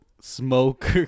smoke